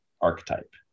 archetype